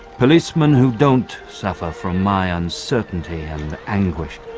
policemen who don't suffer from my uncertainty and anguish